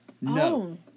No